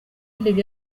ikindi